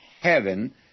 heaven